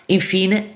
Infine